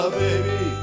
baby